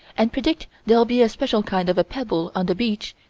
and predict there'll be a special kind of a pebble on the beach,